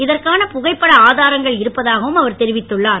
இதற்கான புகைப்பட ஆதாரங்கள் இருப்பதாகவும் அவர் தெரிவித்துள்ளார்